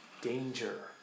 danger